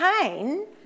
pain